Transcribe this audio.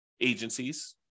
agencies